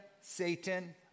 Satan